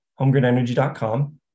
homegridenergy.com